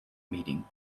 meeting